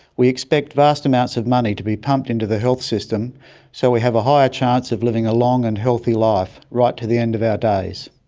we expect vast amounts of money to be pumped into the health system so we have a higher chance of living a long and healthy life, right to the end of our days.